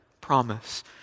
promise